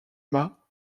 mâts